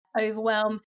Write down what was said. overwhelm